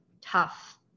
tough